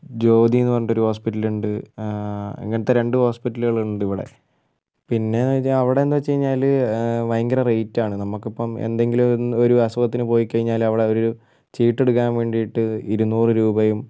ജ്യോതിയെന്നു പറഞ്ഞിട്ടൊരു ഹോസ്പിറ്റലുണ്ട് ഇങ്ങനത്തെ രണ്ട് ഹോസ്പിറ്റലുകൾ ഉണ്ട് ഇവിടെ പിന്നെയെന്ന് വെച്ചാൽ അവിടെന്നു വെച്ച് കഴിഞ്ഞാൽ ഭയങ്കര റേറ്റാണ് നമ്മൾക്കിപ്പം എന്തെങ്കിലും ഒന്ന് ഒരു അസുഖത്തിന് പോയി കഴിഞ്ഞാൽ അവിടെ ഒരു ചീട്ടെടുക്കാൻ വേണ്ടീട്ട് ഇരുന്നൂറ് രൂപയും